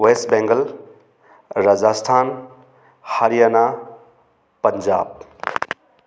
west Bengal Rajasthan Haryana Punjab